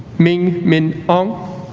ming min ong